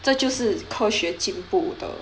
这就是科学进步的